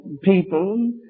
people